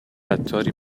عطاری